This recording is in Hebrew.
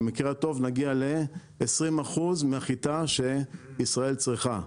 במקרה הטוב נגיע ל-20 אחוז מהחיטה שישראל צריכה,